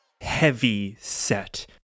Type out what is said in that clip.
heavy-set